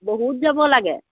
বহুত যাব লাগে